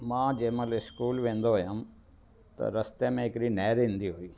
मां जंहिंमहिल इस्कूल वेंदो हुयुमि त रस्ते में हिकिड़ी नेहर ईंदी हुई